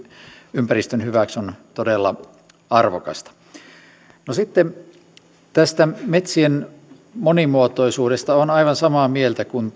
ympäristömme hyväksi on todella arvokasta sitten tästä metsien monimuotoisuudesta olen aivan samaa mieltä kuin